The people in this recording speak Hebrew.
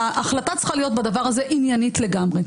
ההחלטה צריכה להיות בדבר הזה עניינית לגמרי.